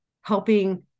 helping